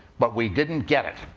but we didn't get it.